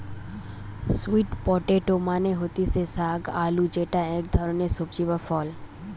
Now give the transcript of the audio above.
sweet potato মানে হতিছে শাক আলু যেটা ইক ধরণের সবজি বা ফল